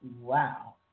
Wow